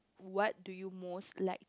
what do you most like